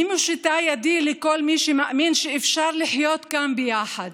אני מושיטה ידי לכל מי שמאמין שאפשר לחיות כאן ביחד,